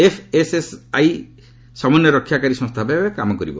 FSSAI ସମନ୍ୱୟ ରକ୍ଷାକାରୀ ସଂସ୍ଥାଭାବେ କାମ କରିବ